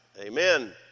amen